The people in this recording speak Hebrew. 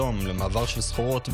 חברי הכנסת,